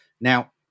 Now